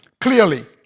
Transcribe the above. clearly